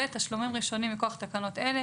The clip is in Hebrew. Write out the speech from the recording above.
(ב)תשלומים ראשונים מכוח תקנות אלה